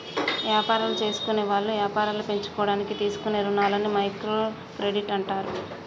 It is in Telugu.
యాపారాలు జేసుకునేవాళ్ళు యాపారాలు పెంచుకోడానికి తీసుకునే రుణాలని మైక్రో క్రెడిట్ అంటారు